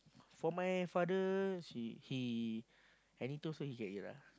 for my father she he anything also he can eat lah